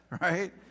right